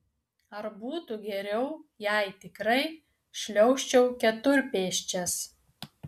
ar būtų geriau jei tikrai šliaužčiau keturpėsčias